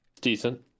Decent